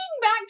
back